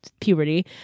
puberty